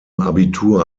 abitur